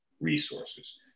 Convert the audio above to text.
resources